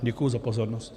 Děkuji za pozornost.